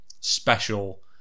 special